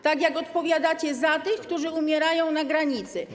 Tak jak odpowiadacie za tych, którzy umierają na granicy.